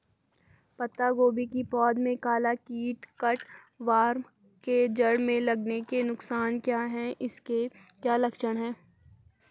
पत्ता गोभी की पौध में काला कीट कट वार्म के जड़ में लगने के नुकसान क्या हैं इसके क्या लक्षण हैं?